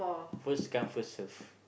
first come first serve